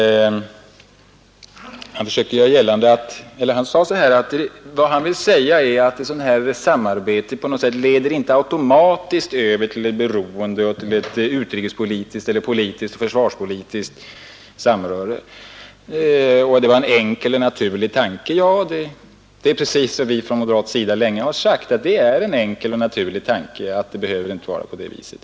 Han sade att vad han menade var att ett sådant samarbete inte automatiskt leder över till ett beroende och till ett utrikespolitiskt eller försvarspolitiskt samröre, och att detta var en enkel och naturlig tanke. Ja, det är precis vad vi från moderat sida länge har sagt: det är en enkel och naturlig tanke, att det inte behöver vara på det viset.